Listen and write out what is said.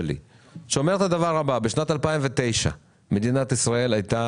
שאומר את הדבר הבא: בשנת 2009 מדינת ישראל הייתה